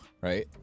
right